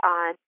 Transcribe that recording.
on